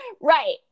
right